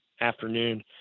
afternoon